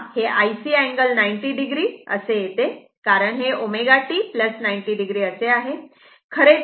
तेव्हा हे IC angle 90 o असे येते कारण हे ω t 90 o असे आहे